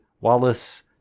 Wallace